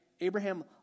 Abraham